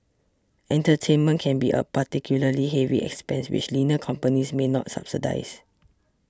entertainment can be a particularly heavy expense which leaner companies may not subsidise